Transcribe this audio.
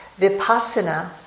Vipassana